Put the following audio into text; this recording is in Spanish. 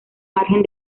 margen